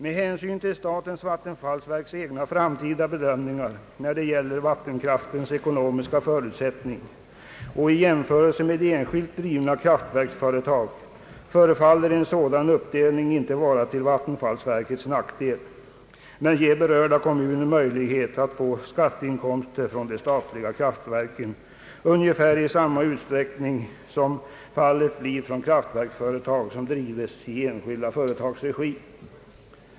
Med hänsyn till statens vattenfallsverks egna framtida bedömningar när det gäller vattenkraftens ekonomiska förutsättning och i jämförelse med enskilt drivna kraftverksföretag förefaller en sådan uppdelning inte vara till vattenfallsverkets nackdel men ge berörda kommuner möjlighet att få skatteinkomster från de statliga kraftverken ungefär i samma utsträckning som gäller för kraftverksföretag i enskild regi.